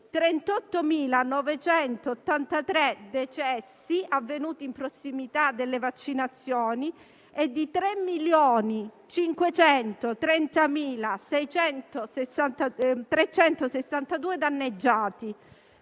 38.983 decessi avvenuti in prossimità delle vaccinazioni e di 3.530.362 danneggiati.